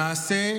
למעשה,